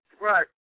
Right